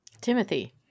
Timothy